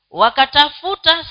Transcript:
wakatafuta